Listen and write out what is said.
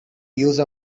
use